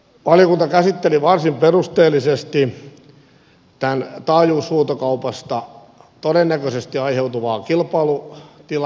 valiokunta käsitteli varsin perusteellisesti tätä taajuushuutokaupasta todennäköisesti aiheutuvaa kilpailutilannetta